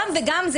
גם וגם,